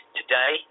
today